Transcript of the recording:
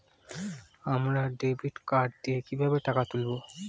আমরা debit card দিয়ে কিভাবে টাকা তুলবো?